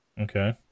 Okay